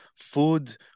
food